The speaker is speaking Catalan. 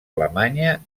alemanya